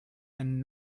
and